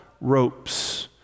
ropes